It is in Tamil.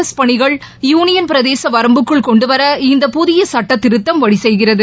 எஸ் பணிகள் யூனியன் பிரதேச வரம்புக்குள் கொன்டுவர இந்த புதிய சட்டத்திருத்தம் வழி செய்கிறது